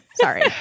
sorry